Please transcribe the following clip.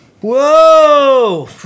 Whoa